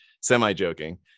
semi-joking